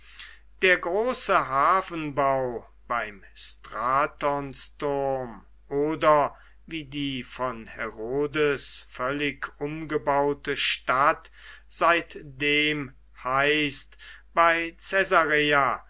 der große hafenbau beim stratonsturm oder wie die von herodes völlig umgebaute stadt seitdem heißt bei